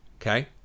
okay